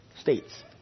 states